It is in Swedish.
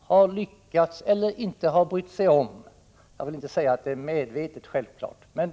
har lyckats finna eller inte har brytt sig om — jag vill självfallet inte säga att det är medvetet.